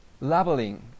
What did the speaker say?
labeling